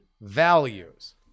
values